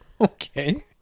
Okay